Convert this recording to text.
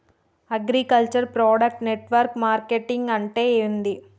Agriculture product network marketing అంటే ఏంది?